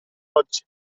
codice